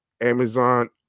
Amazon